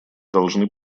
должны